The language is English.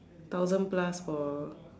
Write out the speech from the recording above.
thousand plus for